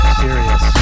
serious